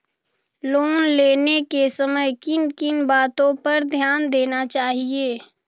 Loan लेने के समय किन किन वातो पर ध्यान देना चाहिए?